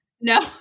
No